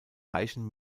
reichen